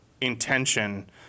intention